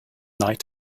night